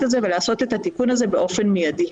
את זה ולעשות את התיקון הזה באופן מיידי.